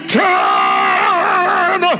turn